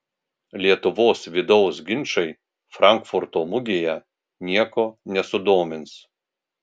lietuvos vidaus ginčai frankfurto mugėje nieko nesudomins